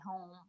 home